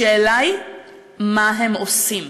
השאלה היא מה הם עושים.